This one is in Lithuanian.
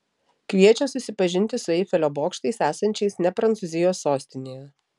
kviečia susipažinti su eifelio bokštais esančiais ne prancūzijos sostinėje